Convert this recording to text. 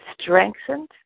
strengthened